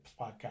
podcast